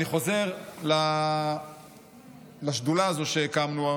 אני חוזר לשדולה הזאת שהקמנו,